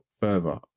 further